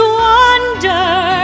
wonder